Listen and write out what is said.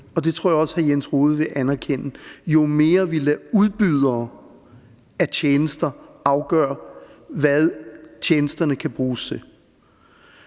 og det tror jeg også, hr. Jens Rohde vil anerkende, altså i forhold til jo mere vi lader udbydere af tjenester afgøre, hvad tjenesterne kan bruges til.